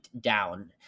down